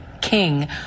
king